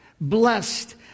Blessed